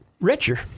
richer